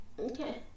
Okay